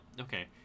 okay